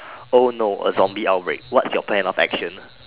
oh no a zombie outbreak what's your plan of action